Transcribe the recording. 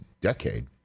decade